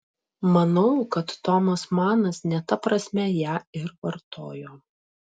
manau kad tomas manas ne ta prasme ją ir vartojo